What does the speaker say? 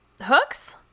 Hooks